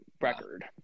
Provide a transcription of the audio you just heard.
record